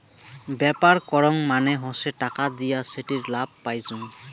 ব্যাপার করং মানে হসে টাকা দিয়া সেটির লাভ পাইচুঙ